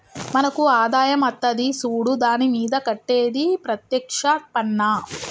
మనకు ఆదాయం అత్తది సూడు దాని మీద కట్టేది ప్రత్యేక్ష పన్నా